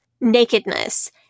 nakedness